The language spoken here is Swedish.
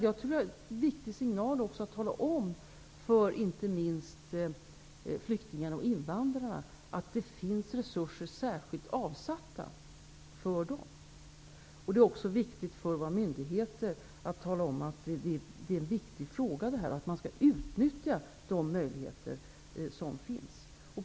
Jag tror också att det är en viktig signal, inte minst för flyktingar och invandrare, att man talar om att det finns resurser särskilt avsatta för dem. Det är också viktigt att för våra myndigheter tala om att detta är en viktig fråga och att man skall utnyttja de möjligheter som finns.